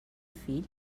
fill